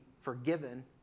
forgiven